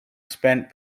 spent